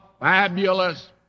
fabulous